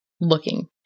looking